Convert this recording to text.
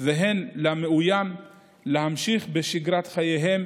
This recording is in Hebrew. והן למאוים להמשיך בשגרת חייהם